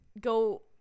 go